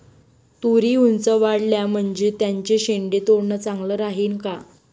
तुरी ऊंच वाढल्या म्हनजे त्याचे शेंडे तोडनं चांगलं राहीन का?